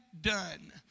done